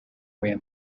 when